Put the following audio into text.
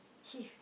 shift